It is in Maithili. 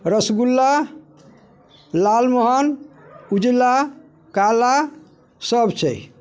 रसगुल्ला लाल मोहन ऊजला काला सब छै